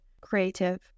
creative